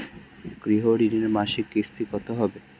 গৃহ ঋণের মাসিক কিস্তি কত হবে?